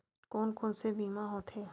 कोन कोन से बीमा होथे?